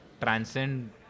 transcend